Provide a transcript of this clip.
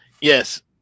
yes